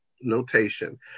notation